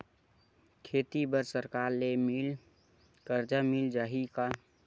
खेती बर सरकार ले मिल कर्जा मिल जाहि का?